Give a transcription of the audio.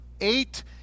eight